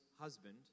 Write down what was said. husband